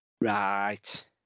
Right